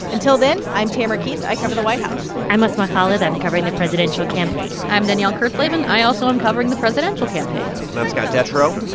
until then, i'm tamara keith. i cover the white house i'm asma khalid. i'm covering the presidential campaign i'm danielle kurtzleben. i also am covering the presidential campaign and i'm scott detrow,